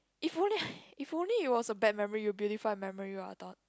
if only if only it was a bad memory you'll believe my memory what I thought